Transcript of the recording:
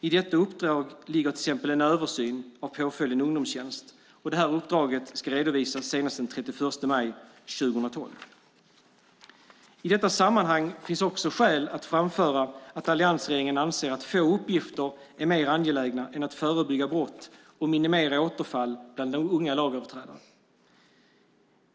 I detta uppdrag ligger till exempel en översyn av påföljden ungdomstjänst. Uppdraget ska redovisas senast den 31 maj 2012. I detta sammanhang finns också skäl att framföra att alliansregeringen anser att få uppgifter är mer angelägna än att förebygga brott och minimera återfall bland unga lagöverträdare.